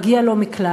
מגיע לו מקלט,